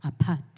apart